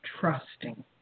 trusting